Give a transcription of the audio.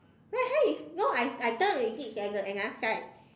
right hand is not I I turn already it's at the another side